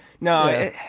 No